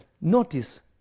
Notice